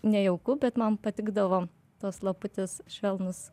nejauku bet man patikdavo tos laputės švelnus